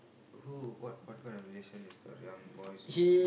who what what kind of relation is the young boy's